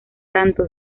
tanto